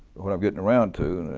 what i'm getting around to,